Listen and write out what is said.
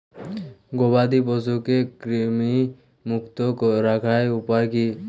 গবাদি পশুকে কৃমিমুক্ত রাখার উপায় কী?